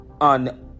on